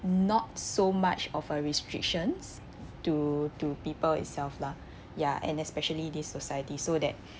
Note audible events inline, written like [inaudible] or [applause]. not so much of a restrictions to to people itself lah ya and especially this society so that [breath]